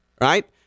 right